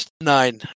nine